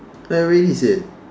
I already said